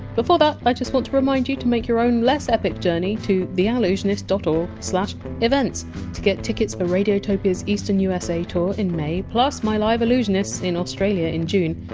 before that, i just want to remind you to make your own less epic journey to theallusionist dot org slash events to get tickets for radiotopia! s eastern usa tour in may, plus my live allusionists in australia in june,